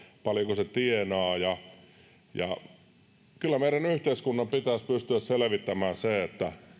paljonko hän tienaa niin kyllä meidän yhteiskuntamme pitäisi pystyä selvittämään se